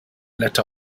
let